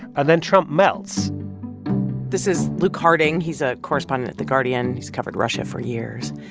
and then trump melts this is luke harding. he's a correspondent at the guardian. he's covered russia for years.